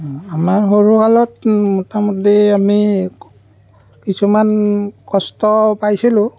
আমাৰ সৰুকালত মোটামুটি আমি কিছুমান কষ্ট পাইছিলোঁ